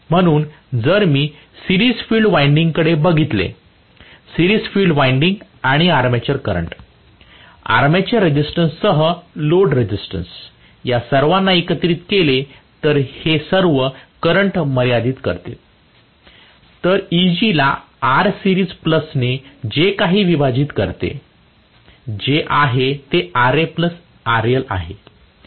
म्हणून जर मी सिरीज फील्ड वाइंडिंग कडे बघितले सीरिज फील्ड विंडिंग आणि आर्मेचर करंट आर्मेचर रेझिस्टन्ससह लोड रेझिस्टन्स या सर्वांना एकत्रित केले तर हे सर्व करंट मर्यादित करते तर Eg ला R सीरीज प्लस ने जे काही विभाजित करते जे आहे ते Ra प्लस RL आहे